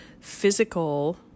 physical